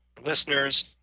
listeners